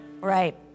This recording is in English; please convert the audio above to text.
Right